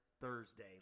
Thursday